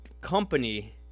company